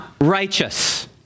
righteous